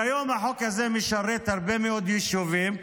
כיום החוק הזה משרת הרבה מאוד יישובים,